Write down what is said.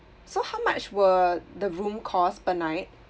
so how much were the room cost per night